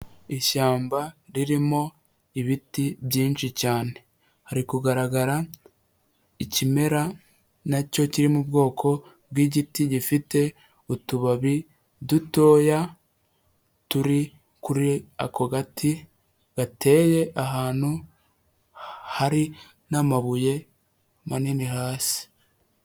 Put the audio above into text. Ishyamba ririmo ibiti byinshi cyane, hari kugaragara ikimera nacyo kiri mu bwoko bw'igiti, gifite utubabi dutoya turi kuri ako gati, gateye ahantu hari n'amabuye manini hasi.